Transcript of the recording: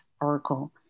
Oracle